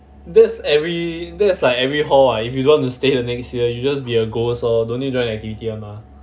that's every that's like every hall lah if you don't want to stay the next year you just be a ghost lor don't need join activity one mah